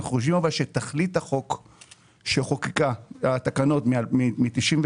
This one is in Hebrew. אנחנו חושבים שתכלית התקנות מ-98'